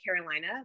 Carolina